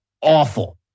awful